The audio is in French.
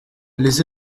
les